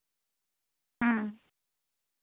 ᱦᱮᱸ